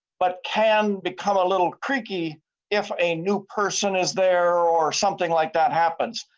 but can become a little cranky if a new person is there are or something like that happens.